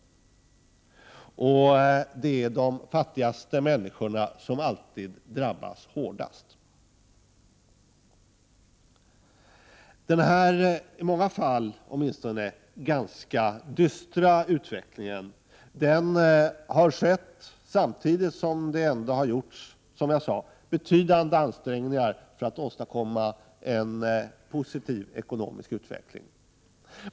Och det är de fattigaste människorna som alltid drabbas hårdast. Den här i många fall ganska dystra utvecklingen har skett samtidigt som det ändå har gjorts, som jag sade, betydande ansträngningar för att åstadkomma en positiv ekonomisk utveckling.